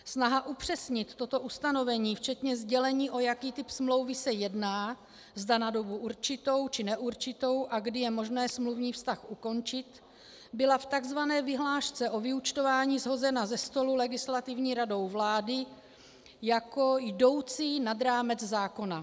Snaha upřesnit toto ustanovení včetně sdělení, o jaký typ smlouvy se jedná, zda na dobu určitou, či neurčitou a kdy je možné smluvní vztah ukončit, byla v tzv. vyhlášce o vyúčtování shozena ze stolu Legislativní radou vlády jako jdoucí nad rámec zákona.